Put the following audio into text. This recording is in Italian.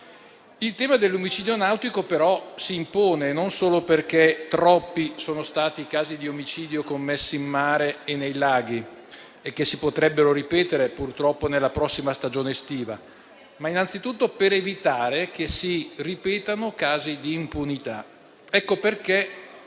Il tema dell'omicidio nautico, però, si impone non solo perché troppi sono stati i casi di omicidio commessi in mare e nei laghi e che si potrebbero ripetere, purtroppo, nella prossima stagione estiva, ma innanzitutto per evitare che si ripetano casi di impunità. Ecco perché